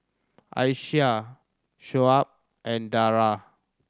Aisyah Shoaib and Dara